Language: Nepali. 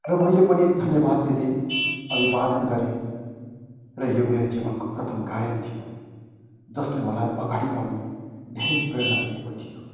र मैले पनि धन्यवाद दिँदै अभिवादन गरेँ र यो मेरो जीवनको प्रथम गायन थियो जसले मलाई अगाडि गाउने धेरै प्रेरणा दिएको थियो